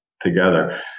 together